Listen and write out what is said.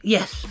Yes